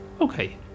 Okay